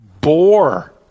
bore